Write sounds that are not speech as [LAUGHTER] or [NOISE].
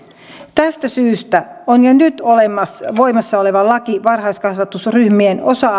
tästä syystä on jo nyt voimassa olevassa laissa varhaiskasvatusryhmien osa [UNINTELLIGIBLE]